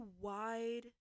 wide